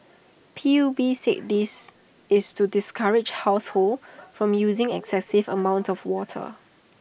P U B said this is to discourage households from using excessive amounts of water